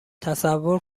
تصور